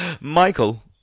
Michael